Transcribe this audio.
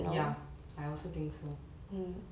ya I also think so